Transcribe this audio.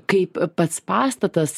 kaip a pats pastatas